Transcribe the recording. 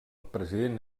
president